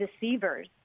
deceivers